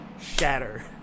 shatter